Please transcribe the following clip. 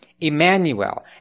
Emmanuel